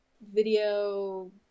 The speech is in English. video